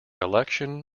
election